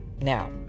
Now